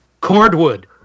Cordwood